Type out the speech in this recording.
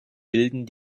bilden